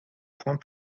points